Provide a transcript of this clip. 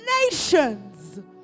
nations